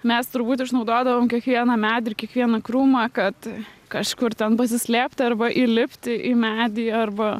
mes turbūt išnaudodavom kiekvieną medį kiekvieną krūmą kad kažkur ten pasislėpti arba įlipti į medį arba